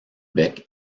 bec